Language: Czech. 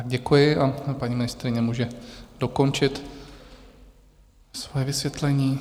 Děkuji a paní ministryně může dokončit svoje vysvětlení.